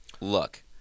look